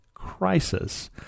Crisis